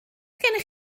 gennych